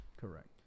correct